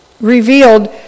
revealed